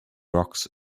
rocks